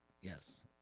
Yes